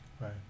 Right